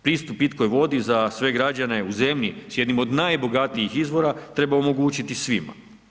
Pristup pitkoj vodi za sve građane u zemlji s jednim od najbogatijih izvora treba omogućiti svima.